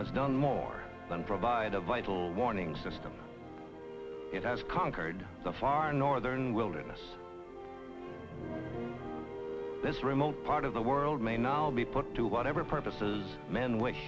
that's done more than provide a vital warning system it has conquered the far northern wilderness this remote part of the world may now be put to whatever purposes men which